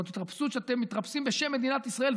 זו התרפסות שאתם מתרפסים בשם מדינת ישראל,